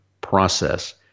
process